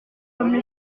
comme